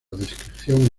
descripción